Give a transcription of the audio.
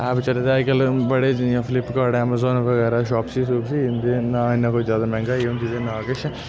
app चले दे अज्ज्कल बड़े जि'यां फ्लिपकार्ट अमेज़न ऐ बगैरा शॉप्सी शुप्सी न इं'दे च ना इ'न्नी जादै मैह्ंगाई होंदी ना किश